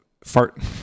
fart